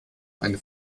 eine